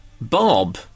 Bob